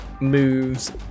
moves